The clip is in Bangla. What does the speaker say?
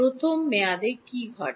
প্রথম মেয়াদে কী ঘটে